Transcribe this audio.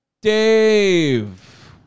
Dave